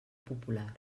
popular